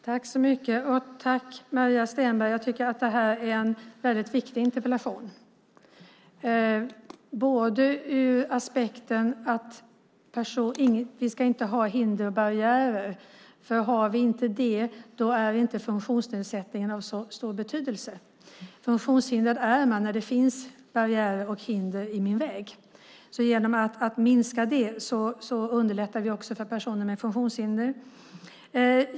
Herr talman! Tack, Maria Stenberg! Jag tycker att det här är en viktig interpellation ur aspekten att vi inte ska ha hinder och barriärer. Om vi inte har det är inte funktionsnedsättning av så stor betydelse. Funktionshindrad är man när det finns barriärer och hinder i ens väg. Genom att minska dem underlättar vi också för personer med funktionshinder.